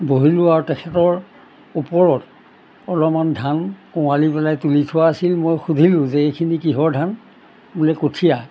বহিলোঁ আৰু তেখেতৰ ওপৰত অলপমান ধান কোমালি পেলাই তুলি থোৱা আছিল মই সুধিলোঁ যে এইখিনি কিহৰ ধান বোলে কঁঠীয়া